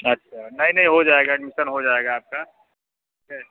अच्छा नहीं नहीं हो जाएगा एडमिसन हो जाएगा आपका ठीक है